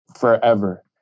forever